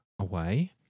away